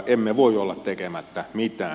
emme voi olla tekemättä mitään